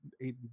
eight